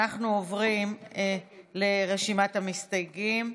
אנחנו עוברים לרשימת המסתייגים.